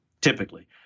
typically